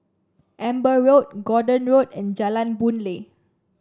Amber Road Gordon Road and Jalan Boon Lay